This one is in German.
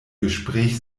gespräch